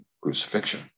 crucifixion